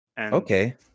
Okay